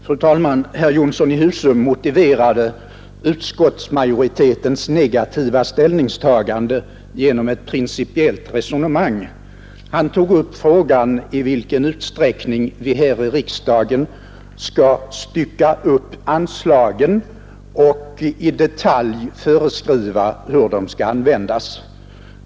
Fru talman! Herr Jonsson i Husum motiverade utskottsmajoritetens negativa ställningstagande genom ett principiellt resonemang. Han tog upp frågan i vilken utsträckning vi här i riksdagen skall stycka upp anslagen och i detalj föreskriva hur de skall användas.